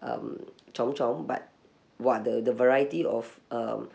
um chomp chomp but what the the variety of um